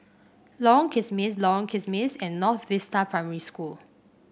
Lorong Kismis Lorong Kismis and North Vista Primary School